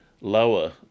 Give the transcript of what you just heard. lower